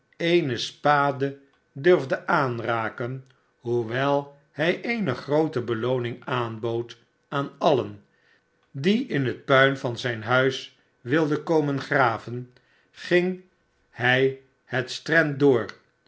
eene spade durfde aanraken hoewel hrj eene groote belooning aanbood aan alien die in het puin van zip hms wilden komen graven ging hij het strand door